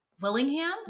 Willingham